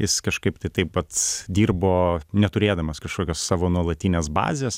jis kažkaip tai taip pats dirbo neturėdamas kažkokios savo nuolatinės bazės